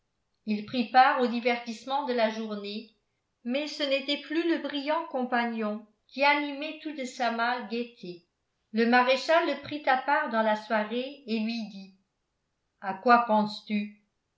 il prit part aux divertissements de la journée mais ce n'était plus le brillant compagnon qui animait tout de sa mâle gaieté le maréchal le prit à part dans la soirée et lui dit à quoi penses-tu